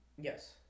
Yes